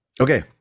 Okay